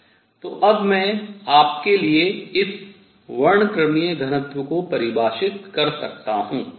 तो अब मैं आपके लिए इस वर्णक्रमीय घनत्व को परिभाषित कर सकता हूँ